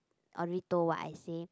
Audrey told what I say